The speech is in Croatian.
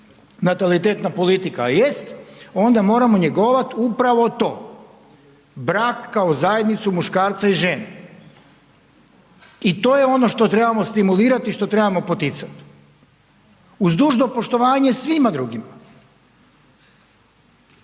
nataliteta politika, jest, onda moramo njegovati upravo to. Brak kao zajednicu muškarca i žene. I to je ono što trebamo stimulirati što trebamo poticati uz dužno poštovanje svima drugima.